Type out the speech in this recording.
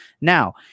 Now